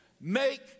make